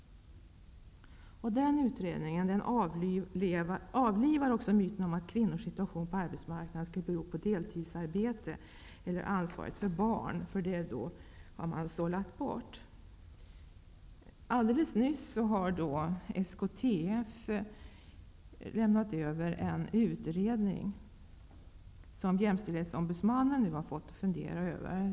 Den här utredningen avlivar också myten att kvinnors situation på arbetsmarknaden skulle bero på deltidsarbete, eller på ansvaret för barn, därför att dessa faktorer är bortsållade. Helt nyligen har SKTF lämnat över en utredning som jämställdhetsombudsmannen har att fundera över.